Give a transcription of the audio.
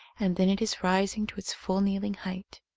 and then it is rising to its full kneeling height.